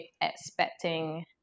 expecting